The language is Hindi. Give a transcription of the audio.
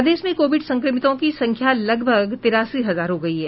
प्रदेश में कोविड संक्रमितों की संख्या लगभग तिरासी हजार हो गयी है